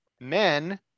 men